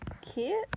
kit